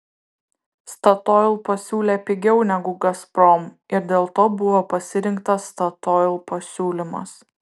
statoil pasiūlė pigiau negu gazprom ir dėl to buvo pasirinktas statoil pasiūlymas